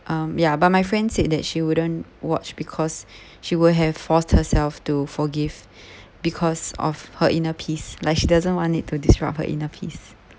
um ya but my friend said that she wouldn't watch because she would have forced herself to forgive because of her inner peace like she doesn't want it to disrupt her inner peace